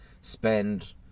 spend